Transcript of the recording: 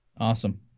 Awesome